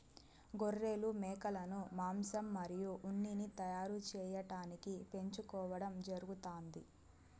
గొర్రెలు, మేకలను మాంసం మరియు ఉన్నిని తయారు చేయటానికి పెంచుకోవడం జరుగుతాంది